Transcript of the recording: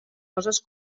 coses